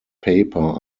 paper